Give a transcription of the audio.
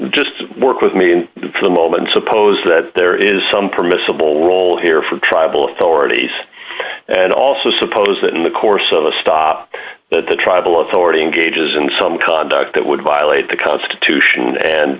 just work with me and for the moment suppose that there is some permissible role here for tribal authorities and also suppose that in the course of a stop the tribal authority engages in some conduct that would violate the constitution and